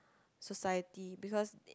society because